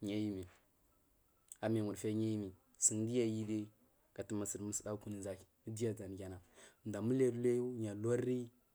dai armiyawalalu sundu niyu gatamari sumusɗagu kunan ʒaki jan diyu aʒani ndu amuliyar uliyu niyu ulari.